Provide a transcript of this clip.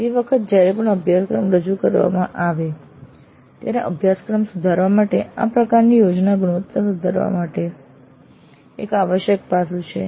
ફરી વખત જયારે અભ્યાસક્રમ રજૂ કરવામાં આવે ત્યારે અભ્યાસક્રમ સુધારવા માટે આ પ્રકારની યોજના ગુણવત્તા વધારવા માટે એક આવશ્યક પાસું છે